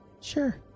Sure